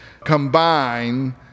combine